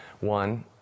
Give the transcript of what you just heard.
One